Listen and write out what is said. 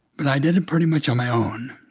but i did it pretty much on my own.